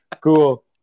cool